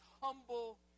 humble